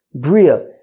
B'ria